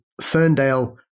Ferndale